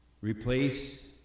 replace